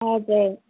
हजुर